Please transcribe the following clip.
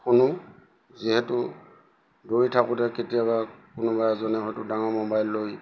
শুনো যিহেতু দৌৰি থাকোতে কেতিয়াবা কোনোবা এজনে হয়তো ডাঙৰ মোবাইল লৈ